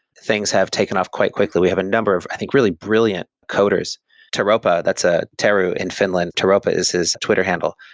things have taken off quite quickly. we have a number of i think really brilliant coders toropa, that's ah taru in finland, toropa is his twitter handle.